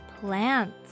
plants